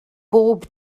bob